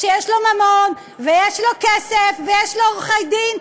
שיש לו ממון ויש לו כסף ויש לו עורכי-דין,